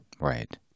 right